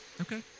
Okay